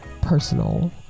personal